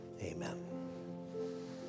amen